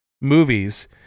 movies